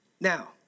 Now